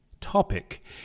topic